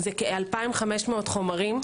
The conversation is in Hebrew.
כ-2,500 חומרים,